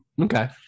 Okay